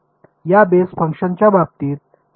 या बेस फंक्शन्सच्या बाबतीत मी फील्ड x चे u लिहिते